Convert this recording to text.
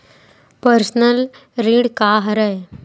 Personal ऋण का हरय?